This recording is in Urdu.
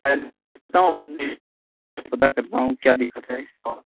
پتہ کرتا ہوں کیا دقت ہے